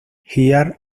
here